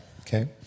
Okay